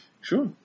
Sure